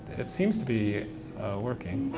it seems to be working.